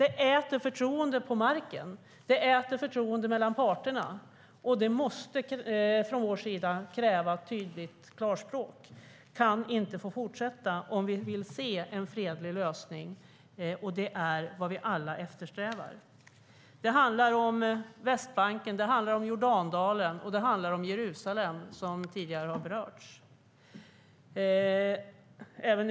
Det äter förtroende på marken. Det äter förtroende mellan parterna, och det kan - för att tala klarspråk - inte få fortsätta om vi vill se en fredlig lösning. Det är ju vad vi alla eftersträvar. Det handlar om Västbanken, det handlar om Jordandalen och det handlar om Jerusalem, vilket har berörts tidigare.